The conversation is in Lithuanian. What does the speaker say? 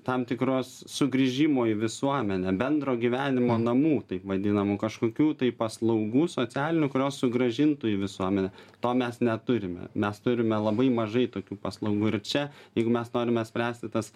tam tikros sugrįžimo į visuomenę bendro gyvenimo namų taip vadinamų kažkokių tai paslaugų socialinių kurios sugrąžintų į visuomenę to mes neturime mes turime labai mažai tokių paslaugų ir čia jeigu mes norime spręsti tas